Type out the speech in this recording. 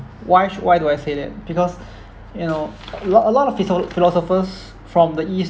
why should why do I say that because you know a lot a lot of phiso~ philosophers from the east